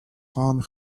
hang